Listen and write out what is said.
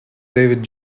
david